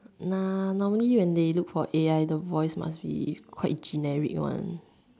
nah normally when they look for A_I the voice must be quite generic one